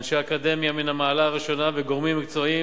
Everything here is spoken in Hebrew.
אנשי אקדמיה מן המעלה הראשונה והגורמים המקצועיים